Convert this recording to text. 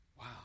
Wow